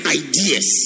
ideas